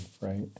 right